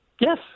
Yes